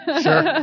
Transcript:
Sure